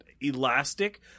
elastic